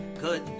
Good